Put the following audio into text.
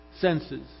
senses